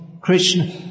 Krishna